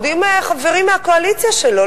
עומדים חברים מהקואליציה שלו,